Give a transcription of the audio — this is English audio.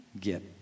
get